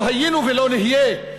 לא היינו ולא נהיה.